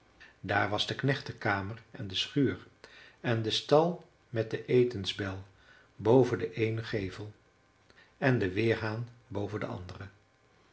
daar was de knechtenkamer en de schuur en de stal met de etensbel boven den eenen gevel en den weerhaan boven den anderen